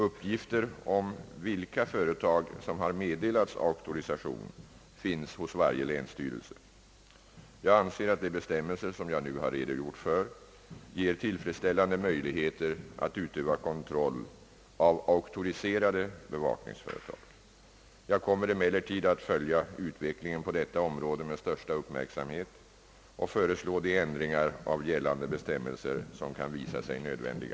Uppgifter om vilka företag som har meddelats auktorisation finns hos varje länsstyrelse. Jag anser att. de bestämmelser som jag nu har redogjort för ger tillfredsställande möjligheter att utöva kontroll av auktoriserade bevakningsföretag. Jag kommer emellertid att följa utvecklingen på detta område med största uppmärksamhet och föreslå de ändringar av gällande bestämmelser som kan visa sig nödvändiga.